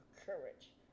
Courage